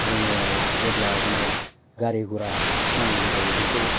जोङो जेब्ला माने गारि गरा नांगौ जायो बेखौ